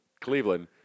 Cleveland